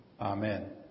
Amen